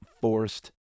forced